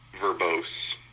verbose